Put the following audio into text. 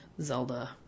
zelda